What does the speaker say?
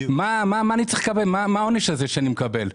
מה העונש הזה שאני מקבל?